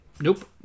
Nope